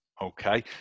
Okay